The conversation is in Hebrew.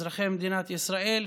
אזרחי מדינת ישראל,